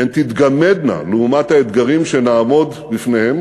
הן תתגמדנה לעומת האתגרים שנעמוד בפניהם